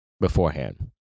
beforehand